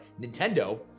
Nintendo